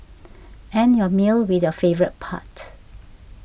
end your meal with your favourite part